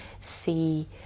see